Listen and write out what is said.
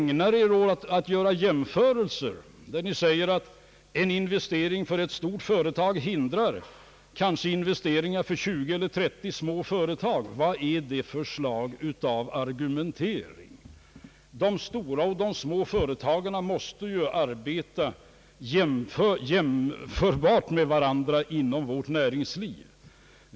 Man framhåller t.ex. att en investering för ett stort företag kanske hindrar investeringar för 20 eller 30 små företag. Vad är detta för slags argumentering? De stora och små företagen måste ju arbeta jämsides med varandra inom vårt näringsliv.